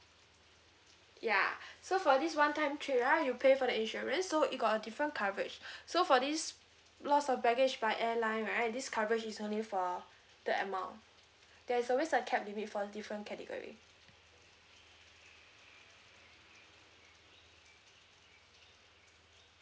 ya so for this one time trip right you pay for the insurance so it got a different coverage so for this loss of baggage by airline right this coverage is only for that amount there is always a cap limit for the different category